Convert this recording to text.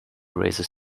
raises